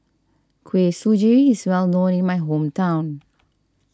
Kuih Suji is well known in my hometown